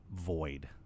void